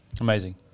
Amazing